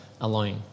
alone